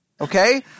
Okay